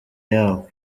yabo